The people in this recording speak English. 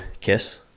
KISS